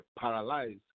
paralyzed